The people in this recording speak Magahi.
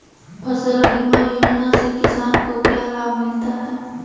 फसल बीमा योजना से किसान को क्या लाभ मिलता है?